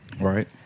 right